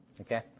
Okay